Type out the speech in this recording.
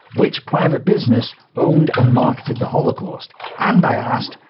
which private business owned and marketed the holocaust? and i asked,